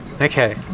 Okay